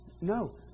No